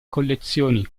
collezioni